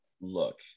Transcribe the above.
look